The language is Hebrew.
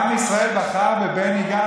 עם ישראל, עם ישראל בחר בבני גנץ.